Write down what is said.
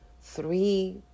Three